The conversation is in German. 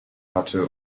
hatte